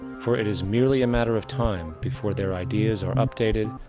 for it is merely a matter of time before their ideas are updated,